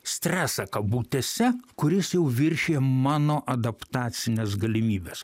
stresą kabutėse kuris jau viršija mano adaptacines galimybes